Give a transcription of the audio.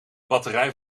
batterij